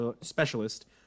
specialist